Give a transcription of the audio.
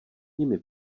nimi